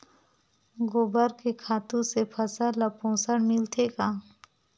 गोबर के खातु से फसल ल पोषण मिलथे का?